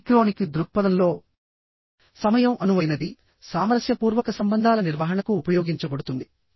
polychronic దృక్పథంలో సమయం అనువైనది సామరస్యపూర్వక సంబంధాల నిర్వహణకు ఉపయోగించబడుతుంది